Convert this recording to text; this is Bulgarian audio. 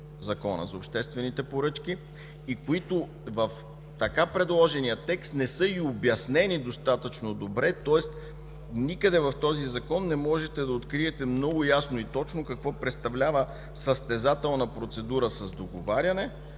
Закона за обществените поръчки и които в така предложения текст не са и обяснени достатъчно добре. Тоест никъде в този Закон не можете да откриете много ясно и точно какво представлява състезателна процедура с договаряне